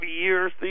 years